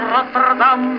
Rotterdam